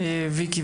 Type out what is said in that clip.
ויקה,